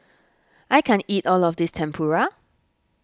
I can't eat all of this Tempura